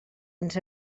ens